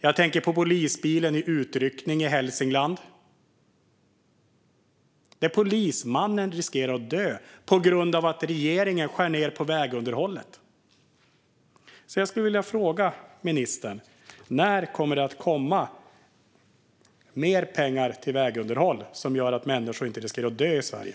Jag tänker på polisbilen i utryckning i Hälsingland, där polismannen riskerar att dö på grund av att regeringen skär ned på vägunderhållet. Jag skulle vilja fråga ministern: När kommer det att komma mer pengar till vägunderhåll, som gör att människor inte riskerar att dö i Sverige?